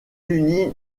unis